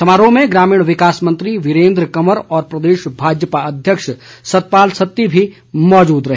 समारोह में ग्रामीण विकास मंत्री वीरेन्द्र कंवर और प्रदेश भाजपा अध्यक्ष सतपाल सत्ती भी मौजूद रहे